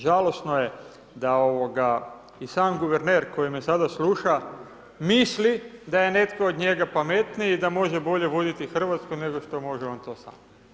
Žalosno je da i sam guverner koji me sada sluša misli da je netko od njega pametniji i da može bolje voditi Hrvatsku nego što može on to sam.